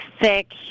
thick